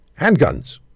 handguns